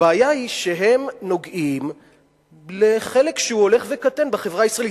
הבעיה היא שהם נוגעים לחלק שהוא הולך וקטן בחברה הישראלית.